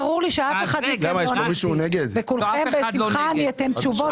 ברור לי שאף אחד מכם לא נגדי ולכולכם אני אתן תשובה,